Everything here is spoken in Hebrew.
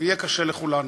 ויהיה קשה לכולנו.